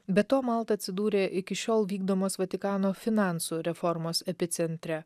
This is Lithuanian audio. be to malta atsidūrė iki šiol vykdomos vatikano finansų reformos epicentre